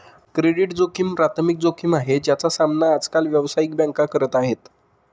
credit जोखिम प्राथमिक जोखिम आहे, ज्याचा सामना आज काल व्यावसायिक बँका करत आहेत